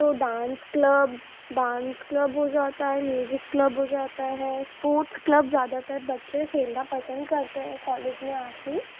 تو dance club dance club ہو جاتا ہے میوزک کلب ہو جاتا ہے اسپورٹس کلب زیادہ تر بچے کھیلنا پسند کرتے ہیں کالیج میں آکے